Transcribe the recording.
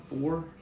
four